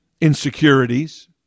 insecurities